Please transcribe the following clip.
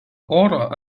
oro